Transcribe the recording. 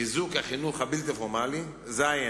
חיזוק החינוך הבלתי-פורמלי, ז.